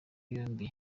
yombi